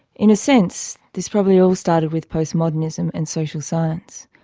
in a sense this probably all started with postmodernism and social science.